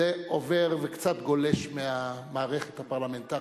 זה עובר וקצת גולש מהמערכת הפרלמנטרית,